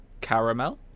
caramel